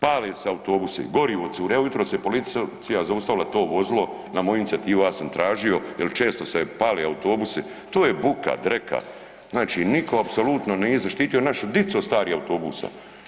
Pale se autobusi, gorivo curi, evo jutros je policija zaustavila to vozilo, na moju inicijativu, ja sam tražio jer često se pale autobusi, to je buka, dreka, znači nitko apsolutno nije zaštitio našu dicu od starijih autobusa.